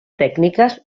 tècniques